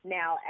now